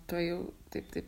tuojau taip taip